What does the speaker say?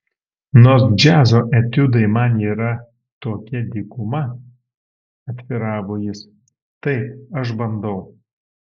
nors džiazo etiudai man yra tokia dykuma atviravo jis taip aš bandau